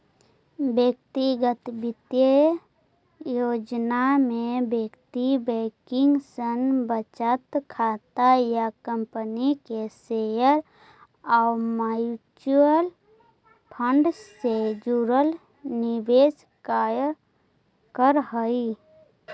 व्यक्तिगत वित्तीय योजना में व्यक्ति बैंकिंग, ऋण, बचत खाता या कंपनी के शेयर आउ म्यूचुअल फंड से जुड़ल निवेश कार्य करऽ हइ